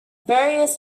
various